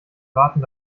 warten